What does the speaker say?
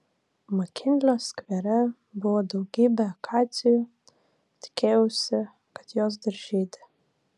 makinlio skvere buvo daugybė akacijų tikėjausi kad jos dar žydi